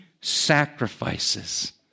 sacrifices